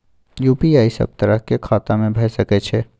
UPI सब तरह के खाता में भय सके छै?